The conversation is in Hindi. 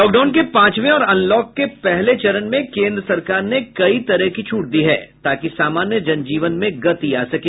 लॉकडाउन के पांचवें और अनलॉक के पहले चरण में केंद्र सरकार ने कई तरह की छूट दी है ताकि सामान्य जन जीवन में गति आ सके